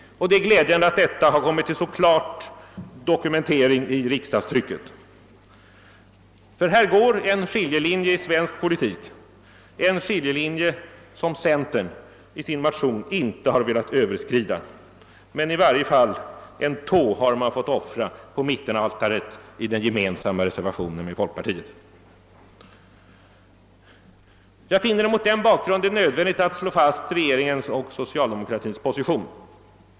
Det är glädjande att detta så klart dokumenterats i riksdagtrycket. Här går nämligen en skiljelinje i svensk politik — en skiljelinje som centern i sin motion inte velat överskrida, men i varje fall en tå har man fått offra på mittenaltaret i den gemensamma reservationen med folkpartiet. Jag finner det mot denna bakgrund nödvändigt att slå fast regeringens och socialdemokratins position.